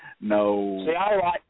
no